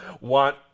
want